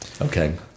Okay